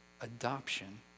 adoption